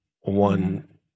one